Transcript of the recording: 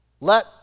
let